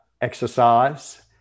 exercise